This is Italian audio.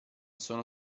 sono